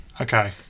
Okay